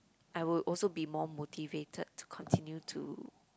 I would also be more motivated to continue to